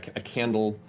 a candle